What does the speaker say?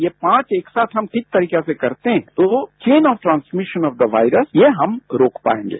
ये पांच एक साथ हम ठीक तरीके से करते हैं तो chain of transmission of the virus ये हम रोक पाएंगे